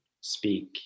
speak